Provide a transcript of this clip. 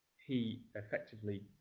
he effectively